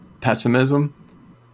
pessimism